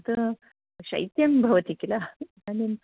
तत् शैत्यं भवति किल इदानीम्